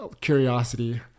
curiosity